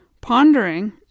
pondering